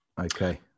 okay